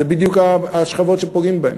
אלה בדיוק השכבות שפוגעים בהן.